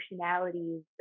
emotionalities